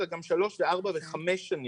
אלא גם שלוש וארבע וחמש שנים,